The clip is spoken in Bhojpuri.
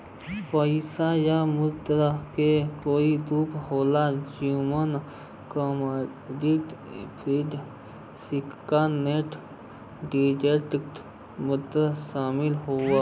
पइसा या मुद्रा क कई रूप होला जेमन कमोडिटी, फ़िएट, सिक्का नोट, डिजिटल मुद्रा शामिल हउवे